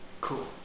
Cool